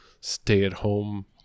stay-at-home